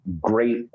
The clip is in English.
great